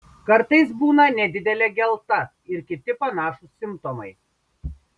kartais būna nedidelė gelta ir kiti panašūs simptomai